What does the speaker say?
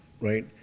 right